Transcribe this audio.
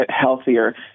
healthier